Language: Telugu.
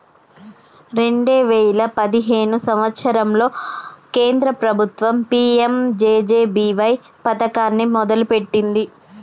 రెండే వేయిల పదిహేను సంవత్సరంలో కేంద్ర ప్రభుత్వం పీ.యం.జే.జే.బీ.వై పథకాన్ని మొదలుపెట్టింది